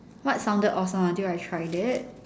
what sounded awesome until I tried it